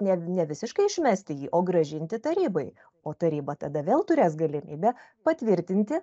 ne ne visiškai išmesti jį o grąžinti tarybai o taryba tada vėl turės galimybę patvirtinti